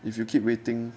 if you keep waiting